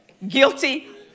Guilty